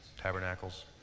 Tabernacles